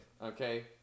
okay